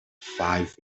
five